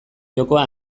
jokoa